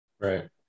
right